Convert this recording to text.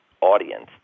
audience